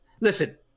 Listen